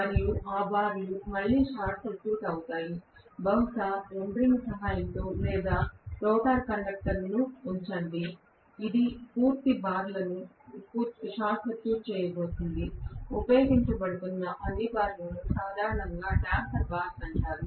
మరియు ఆ బార్లు మళ్ళీ షార్ట్ సర్క్యూట్ అవుతాయి బహుశా ఎండ్ రింగ్ సహాయంతో లేదా రాగి కండక్టర్ను ఉంచండి ఇది పూర్తి బార్లను షార్ట్ సర్క్యూట్ చేయబోతోంది ఉపయోగించబడుతున్న అన్ని బార్లను సాధారణంగా డేంపర్ బార్స్ అంటారు